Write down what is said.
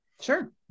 Sure